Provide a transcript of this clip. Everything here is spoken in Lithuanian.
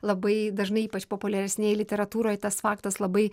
labai dažnai ypač populiaresnėj literatūroj tas faktas labai